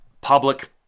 public